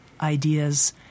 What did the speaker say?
ideas